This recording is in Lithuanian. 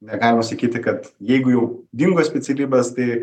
negalima sakyti kad jeigu jau dingo specialybės tai